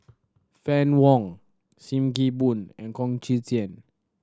Fann Wong Sim Kee Boon and Chong Tze Chien